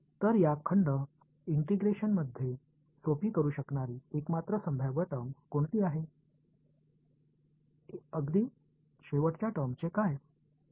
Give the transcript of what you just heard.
तर या खंड इंटिग्रेशनमध्ये सोपी करू शकणारी एकमात्र संभाव्य टर्म म्हणजे कोणती अगदी शेवटच्या टर्मचे काय